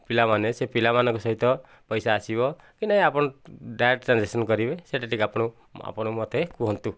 ପିଲାମାନେ ସେ ପିଲାମାନଙ୍କ ସହିତ ପଇସା ଆସିବ କି ନାହଁ ଆପଣ ଡାଇରେକ୍ଟ ଟ୍ରାଞ୍ଜେକ୍ସନ୍ କରିବେ ସେହିଟା ଟିକେ ଆପଣ ଆପଣ ମୋତେ କୁହନ୍ତୁ